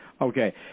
Okay